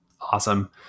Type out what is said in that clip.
awesome